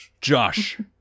Josh